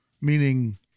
meaning